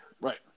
Right